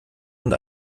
und